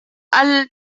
all